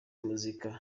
muzika